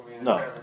no